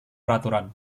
peraturan